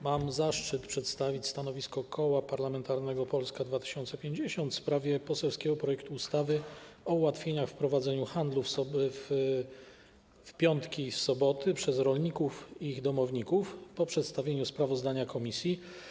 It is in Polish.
Mam zaszczyt przedstawić stanowisko Koła Parlamentarnego Polska 2050 w sprawie poselskiego projektu ustawy o ułatwieniach w prowadzeniu handlu w piątki i soboty przez rolników i ich domowników, po przedstawieniu sprawozdania komisji.